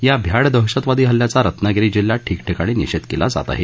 या भ्याड दहशतवादी हल्ल्याचा रत्नागिरी जिल्ह्यात ठिकठिकाणी निषेध केला जात आहे